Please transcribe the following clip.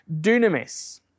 dunamis